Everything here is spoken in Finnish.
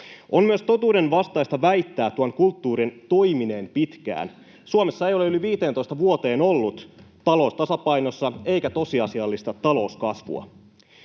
On myös totuudenvastaista väittää tuon kulttuurin toimineen pitkään. Suomessa ei ole yli 15 vuoteen ollut talous tasapainossa eikä tosiasiallista talouskasvua.